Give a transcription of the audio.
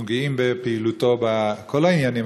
אנחנו גאים בפעילותו בכל העניינים,